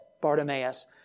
Bartimaeus